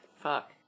Fuck